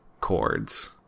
chords